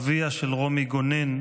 אביה של רומי גונן,